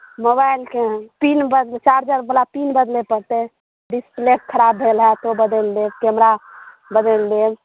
मोबाइलके पिन चार्जरवला पिन बदलय पड़तै डिस्प्ले खराब भेल हैत तऽ ओ बदलि देब कैमरा बदलि देब